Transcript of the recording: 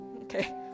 Okay